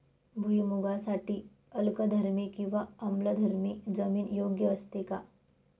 भुईमूगासाठी अल्कधर्मी किंवा आम्लधर्मी जमीन योग्य असते का?